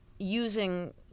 using